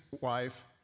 wife